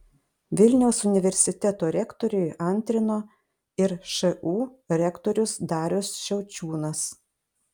vilniaus universiteto rektoriui antrino ir šu rektorius darius šiaučiūnas